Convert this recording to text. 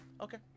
okay